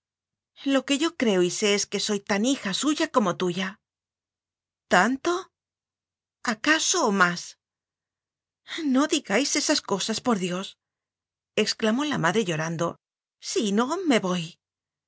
lo que yo creo y sé es que soy tan hija suya como tuya tanto acaso más no digáis esas cosas por diosexclamó la madre llorandosino me voy